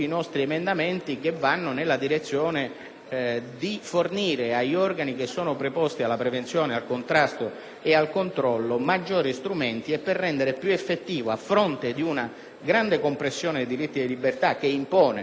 di fornire agli organi preposti alla prevenzione, al contrasto e al controllo maggiori strumenti e di rendere più effettiva, a fronte di una grande compressione dei diritti di libertà che impone il regime carcerario del 41-*bis*, la